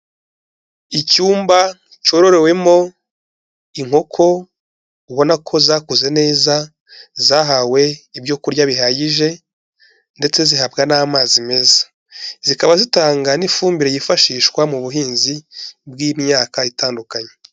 Icyumba cyororewemo inkoko ubona ko zakuze neza, zahawe ibyo kurya bihagije ndetse zihabwa n'amazi meza, zikaba zitanga n'ifumbire yifashishwa mu buhinzi bw'imyaka itandukanye.